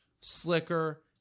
Slicker